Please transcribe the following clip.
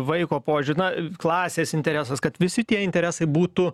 vaiko požiu na klasės interesas kad visi tie interesai būtų